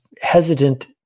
hesitant